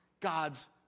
God's